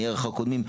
עניי עירך קודמים,